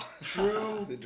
True